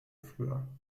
früher